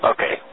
Okay